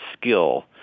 skill